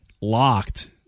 locked